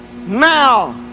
now